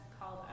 called